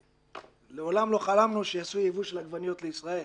ומעולם לא חלמנו שיעשו ייבוא של עגבניות לישראל.